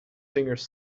fingers